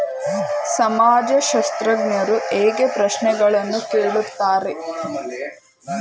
ಸಮಾಜಶಾಸ್ತ್ರಜ್ಞರು ಹೇಗೆ ಪ್ರಶ್ನೆಗಳನ್ನು ಕೇಳುತ್ತಾರೆ?